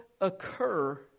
occur